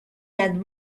and